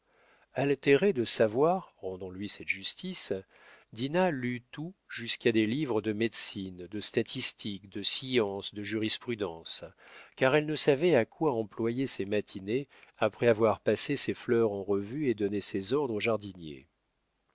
altérée de savoir rendons lui cette justice dinah lut tout jusqu'à des livres de médecine de statistique de science de jurisprudence car elle ne savait à quoi employer ses matinées après avoir passé ses fleurs en revue et donné ses ordres au jardinier